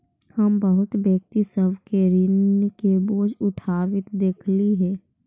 हम बहुत व्यक्ति सब के ऋण के बोझ उठाबित देखलियई हे